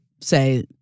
say